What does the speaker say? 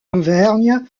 auvergne